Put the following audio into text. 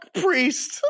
priest